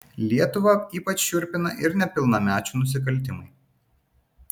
lietuvą ypač šiurpina ir nepilnamečių nusikaltimai